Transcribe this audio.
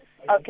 Okay